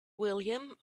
william